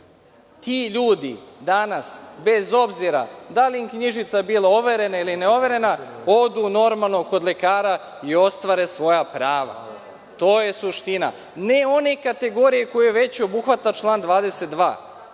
ti ljudi danas, bez obzira da li im je knjižica overene ili neoverena, odu normalno kod lekara i ostvare svoja prava, to je suština, ne one kategorije koje već obuhvata član 22,